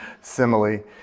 simile